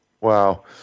Wow